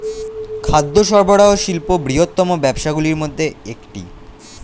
খাদ্য সরবরাহ শিল্প বৃহত্তম ব্যবসাগুলির মধ্যে একটি